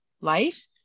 life